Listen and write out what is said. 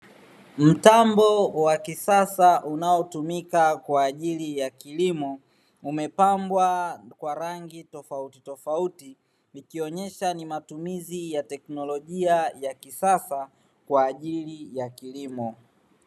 Mtambo wa kisasa unaotumika kwa ajili ya kilimo, umepambwa kwa rangi tofautitofauti ikionyesha ni matumizi ya teknolojia ya kisasa kwa ajili ya kilimo.